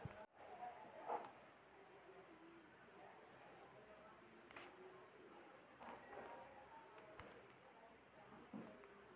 నేను credit card డబ్బును ఎన్ని రోజుల్లో తిరిగి కట్టాలి?